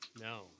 no